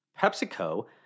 PepsiCo